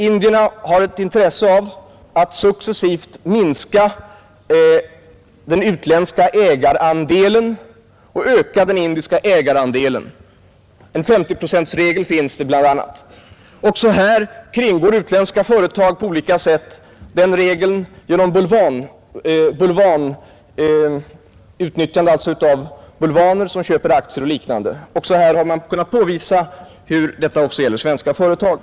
Indierna har ett intresse av att successivt minska den utländska ägarandelen och öka den indiska. Det finns bl.a. en 50-procentsregel. Också här kringgår utländska företag på olika sätt den regeln genom utnyttjande av bulvaner, som köper aktier och liknande. Man har kunnat påvisa att detta även gäller svenska företag.